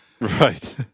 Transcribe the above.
Right